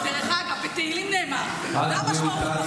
דרך אגב, בתהילים נאמר מה המשמעות,